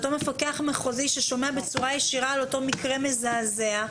אותו מפקח מחוזי ששומע בצורה ישירה על אותו מקרה מזעזע.